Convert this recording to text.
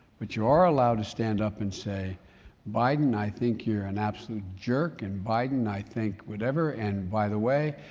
but you are allowed to stand up and say biden i think you're an absolute jerk and biden i think whatever, and by the way,